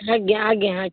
ଆଜ୍ଞା ଆଜ୍ଞା